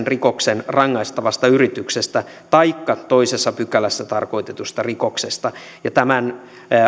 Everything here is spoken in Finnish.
rikoksen rangaistavasta yrityksestä taikka toisessa pykälässä tarkoitetusta rikoksesta tämän